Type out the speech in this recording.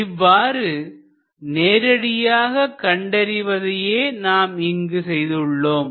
இவ்வாறு நேரடியாக கண்டறிவதையே நாம் இங்கு செய்துள்ளோம்